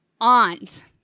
Aunt